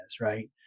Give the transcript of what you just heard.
right